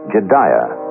Jediah